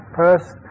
first